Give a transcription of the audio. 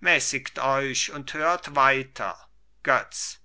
mäßigt euch und hört weiter götz